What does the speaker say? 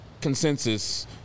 consensus